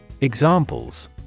Examples